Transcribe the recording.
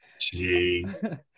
Jeez